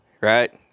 Right